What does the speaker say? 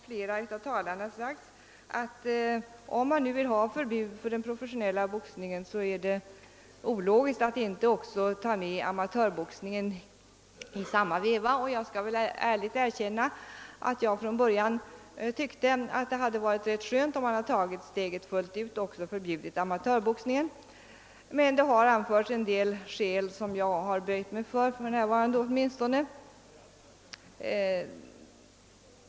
Flera talare har sagt att om man vill ha förbud mot den professionella boxningen, är det ologiskt att inte också ta med amatörboxningen i samma veva, och jag skall ärligt erkänna att jag från början tyckte att det hade varit rätt skönt om man hade tagit steget fullt ut och föreslagit förbud också mot amatörboxningen. En del skäl har emellertid anförts för vilka jag åtminstone för närvarande har böjt mig.